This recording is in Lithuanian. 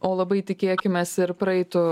o labai tikėkimės ir praeitų